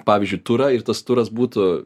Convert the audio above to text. pavyzdžiui turą ir tas turas būtų